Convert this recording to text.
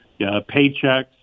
Paychecks